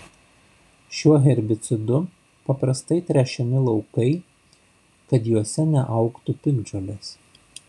šiuo herbicidu paprastai tręšiami laukai kad juose neaugtų piktžolės